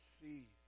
see